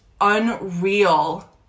unreal